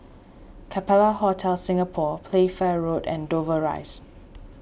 Capella Hotel Singapore Playfair Road and Dover Rise